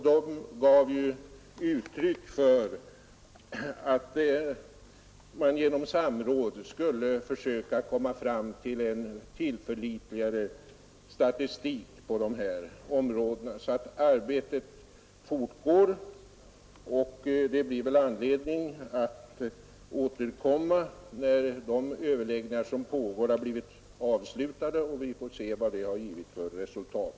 De gav uttryck åt uppfattningen att man genom samråd borde försöka komma fram till en tillförlitligare statistik på det här området. Arbetet fortgår alltså, och det blir väl anledning att återkomma när de överläggningar som nu pågår avslutats och vi får se vad de har givit för resultat.